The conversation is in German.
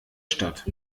stadt